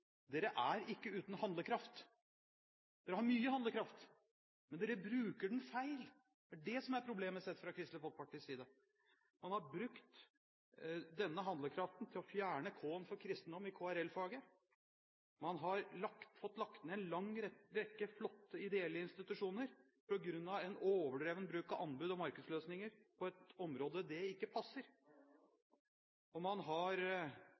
er ikke uten handlekraft. De har mye handlekraft, men de bruker den feil – det er det som er problemet, sett fra Kristelig Folkepartis side. Man har brukt denne handlekraften til å fjerne K-en for kristendom i KRL-faget, man har fått lagt ned en lang rekke flotte, ideelle institusjoner på grunn av overdreven bruk av anbud og markedsløsninger på et område det ikke passer, og man har